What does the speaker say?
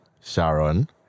Sharon